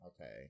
Okay